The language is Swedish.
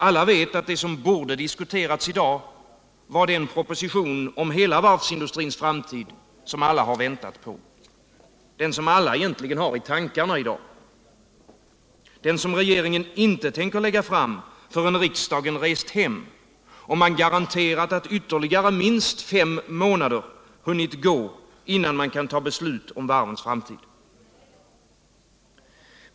Alla vet, att det som borde ha diskuterats i dag var en proposition om hela varvsindustrins framtid som alla väntat på, den som alla har i tankarna i dag, den som regeringen inte tänker lägga fram förrän riksdagen rest hem och man garanterats att ytterligare minst fem månader hunnit gå innan beslut kan fattas om varvens framtid.